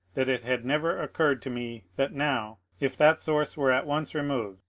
that it had never occurred to me that now, if that source were at once removed,